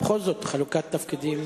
בכל זאת, חלוקת תפקידים